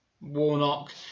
Warnock